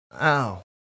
Ow